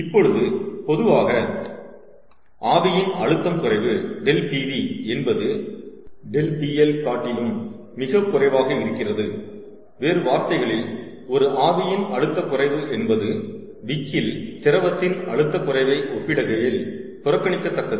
இப்பொழுது பொதுவாக ஆவியின் அழுத்தம் குறைவு ∆Pv என்பது ∆Pl காட்டிலும் மிகக் குறைவாக இருக்கிறது வேறு வார்த்தைகளில் ஒரு ஆவியின் அழுத்தக் குறைவு என்பது விக்கில் திரவத்தின் அழுத்த குறைவை ஒப்பிடுகையில் புறக்கணிக்கத் தக்கது